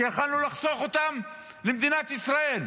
שיכולנו לחסוך אותם למדינת ישראל.